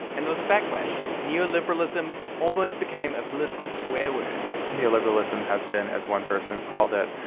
and there was a backlash. neoliberalism almost became a political swear word neoliberalism has been, as one person called it,